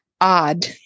Odd